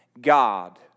God